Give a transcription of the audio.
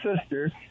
sister